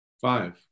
Five